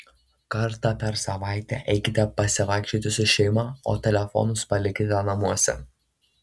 kartą per savaitę eikite pasivaikščioti su šeima o telefonus palikite namuose